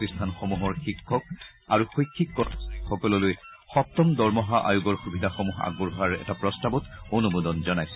প্ৰতিষ্ঠানসমূহৰ শিক্ষক আৰু শৈক্ষিক কৰ্মচাৰীসকললৈ সপ্তম দৰমহা আয়োগৰ সুবিধাসমূহ আগবঢ়োৱাৰ এটা প্ৰস্তাৱত অনুমোদন জনাইছে